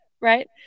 right